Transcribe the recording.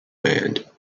band